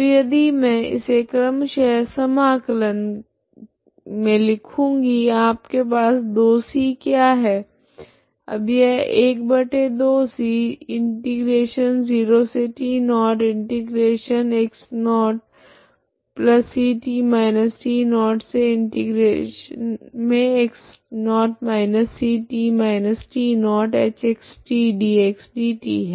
तो यदि मैं इसे क्रमशः समाकलन के लिखूँगी आपके पास 2c क्या है अब यह